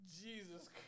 Jesus